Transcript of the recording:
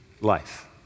life